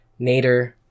Nader